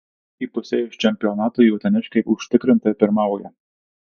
įpusėjus čempionatui uteniškiai užtikrintai pirmauja